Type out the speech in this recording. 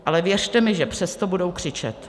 Ale věřte mi, že přesto budou křičet.